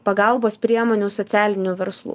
pagalbos priemonių socialinių verslų